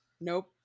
Nope